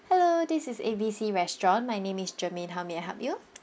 hello this is A B C restaurant my name is germaine how may I help you